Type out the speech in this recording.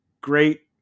great